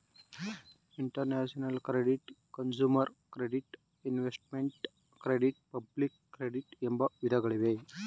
international credit, consumer credit, investment credit public credit ಎಂಬ ವಿಧಗಳಿವೆ